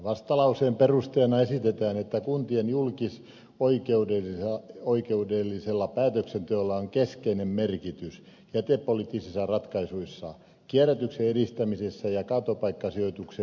vastalauseen perusteena esitetään että kuntien julkisoikeudellisella päätöksenteolla on keskeinen merkitys jätepoliittisissa ratkaisuissa kierrätyksen edistämisessä ja kaatopaikkasijoituksen minimoimisessa